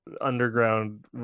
underground